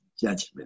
judgment